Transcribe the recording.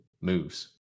moves